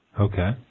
Okay